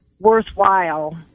worthwhile